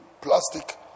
plastic